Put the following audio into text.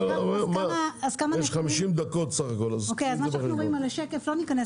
יש 50 דקות סך הכל, אז קחי את